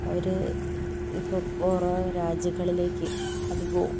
അവര് ഇപ്പോൾ കുറെ രാജ്യങ്ങളിലേക്ക് അധികവും